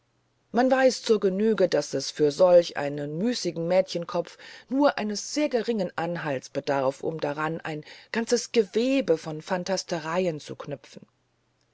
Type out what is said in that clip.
man weiß zur genüge daß es für solch einen müßigen mädchenkopf nur eines sehr geringen anhaltes bedarf um daran ein ganzes gewebe von phantastereien zu knüpfen